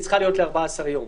היא צריכה להיות ל-14 ימים.